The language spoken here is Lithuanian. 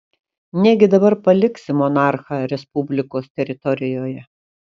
negi dabar paliksi monarchą respublikos teritorijoje